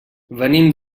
venim